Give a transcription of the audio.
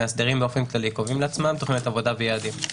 מאסדרים באופן כללי קובעים לעצמם תוכניות עבודה ויעדים.